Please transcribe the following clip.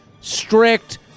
strict